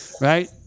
right